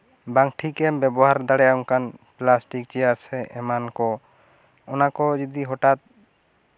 ᱵᱟᱝ ᱴᱷᱤᱠᱮᱢ ᱵᱮᱵᱚᱦᱟᱨ ᱫᱟᱲᱮᱭᱟᱜᱼᱟ ᱚᱱᱠᱟᱱ ᱯᱮᱞᱟᱥᱴᱤᱠ ᱪᱮᱭᱟᱨ ᱥᱮ ᱠᱚ ᱚᱱᱟ ᱠᱚ ᱡᱩᱫᱤ ᱦᱚᱴᱟᱛ